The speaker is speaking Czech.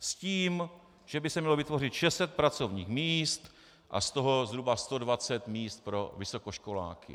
S tím, že by se mělo vytvořit 600 pracovních míst a z toho zhruba 120 míst pro vysokoškoláky.